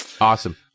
Awesome